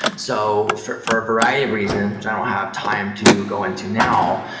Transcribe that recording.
so for for a variety of reasons, which i don't have time to go into now,